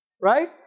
right